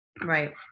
Right